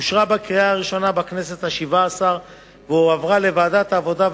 אושרה בקריאה ראשונה בכנסת השבע-עשרה והועברה לוועדת העבודה,